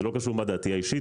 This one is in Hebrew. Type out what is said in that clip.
זה לא קשור לדעתי האישית,